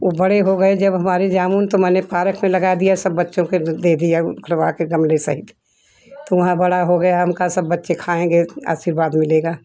ओ बड़े हो गए जब हमारे जामुन तो मैंने पार्क से लगा दिया सब बच्चों के दे दिया करवाकर गमले सहित तो वहाँ बड़ा हो गया आम का सब बच्चे खाएँगे आशीर्वाद मिलेगा